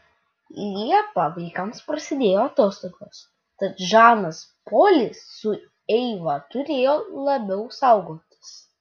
liepą vaikams prasidėjo atostogos tad žanas polis su eiva turėjo labiau saugotis